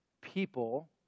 people